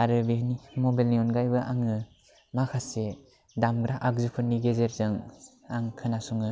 आरो बेनि मबाइलनि अनगायैबो आङो माखासे दामग्रा आगजुफोरनि गेजेरजों आं खोनासङो